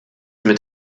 mit